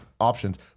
options